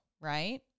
right